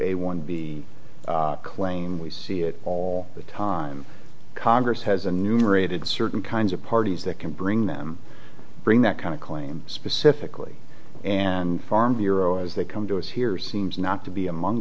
a one b claim we see it all the time congress has a numerated certain kinds of parties that can bring them bring that kind of claim specifically and farm bureau as they come to us here seems not to be among